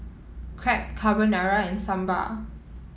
Crepe Carbonara and Sambar